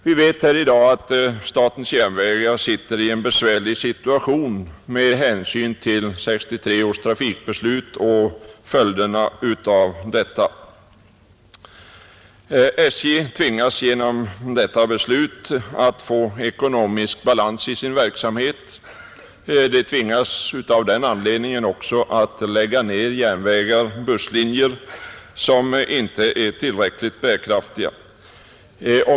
Vi vet att statens järnvägar befinner sig i en besvärlig situation med hänsyn till 1963 års trafikbeslut och följderna av detta, SJ tvingas genom detta beslut att få ekonomisk balans i sin verksamhet och måste av den anledningen också lägga ned järnvägar och busslinjer som inte är tillräckligt bärkraftiga.